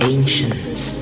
Ancients